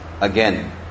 again